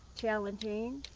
challenging.